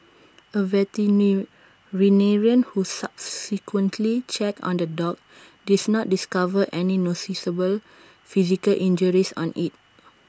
A who subsequently checked on the dog diss not discover any noticeable physical injuries on IT